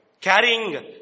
carrying